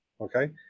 Okay